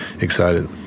excited